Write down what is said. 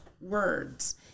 words